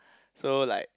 so like